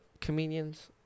comedians